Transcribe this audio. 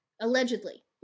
allegedly